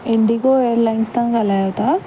Indigo airlines तां ॻाल्हायो था